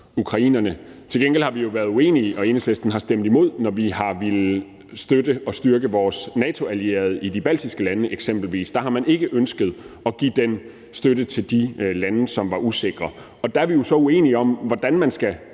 ukrainerne. Til gengæld har vi jo været uenige, og Enhedslisten har stemt imod, når vi har villet støtte og styrke vores NATO-allierede i de baltiske lande eksempelvis. Der har man ikke ønsket at give den støtte til de lande, som var usikre, og der er vi så uenige om, hvordan man skal